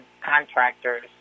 contractors